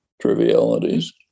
trivialities